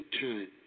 time